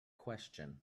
question